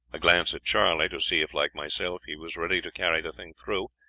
a glance at charley, to see if, like myself, he was ready to carry the thing through,